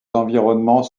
environnements